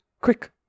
quick